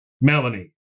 Melanie